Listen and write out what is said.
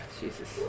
Jesus